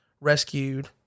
rescued